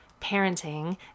parenting